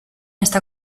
está